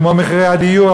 כמו מחירי הדיור,